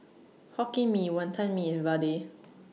Hokkien Mee Wonton Mee and Vadai